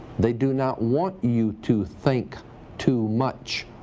they do not want you to think too much.